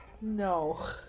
No